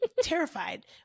terrified